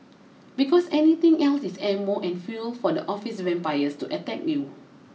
because anything else is ammo and fuel for the office vampires to attack you